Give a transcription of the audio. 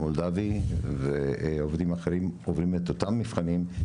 מולדבי ועובדים אחרים שעוברים את אותם מבחנים.